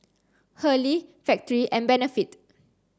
Hurley Factorie and Benefit